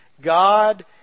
God